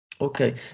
Okay